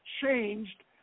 changed